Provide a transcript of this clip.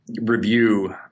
review